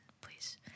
please